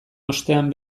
ostean